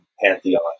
pantheon